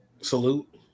Salute